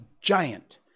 giant